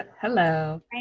Hello